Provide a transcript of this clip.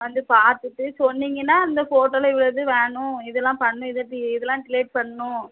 வந்து பார்த்துட்டு சொன்னீங்கன்னா அந்த ஃபோட்டோவில இதெது வேணும் இதெலாம் பண்ணி இது தி இதெலாம் க்ளியர் பண்ணும்